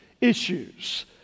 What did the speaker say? issues